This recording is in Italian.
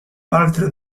altre